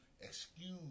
Excuse